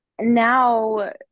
now